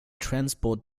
transport